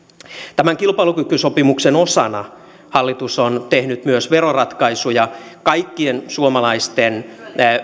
kilpailukykysopimuksen osana hallitus on tehnyt myös veroratkaisuja kaikkien suomalaisten